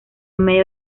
medio